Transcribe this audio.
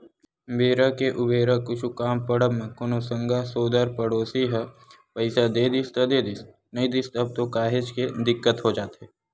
बेरा के उबेरा कुछु काम पड़ब म कोनो संगा सोदर पड़ोसी ह पइसा दे दिस त देदिस नइ दिस तब तो काहेच के दिक्कत हो जाथे